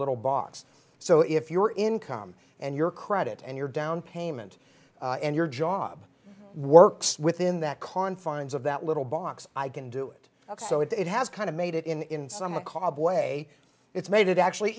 little box so if your income and your credit and your down payment and your job works within that confines of that little box i can do it ok so it has kind of made it in some way cob way it's made it actually